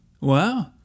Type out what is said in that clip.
Wow